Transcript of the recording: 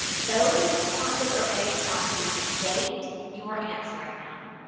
those responses are based on the date you were answering them.